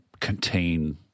contain